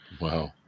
Wow